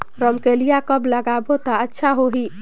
रमकेलिया कब लगाबो ता अच्छा होही?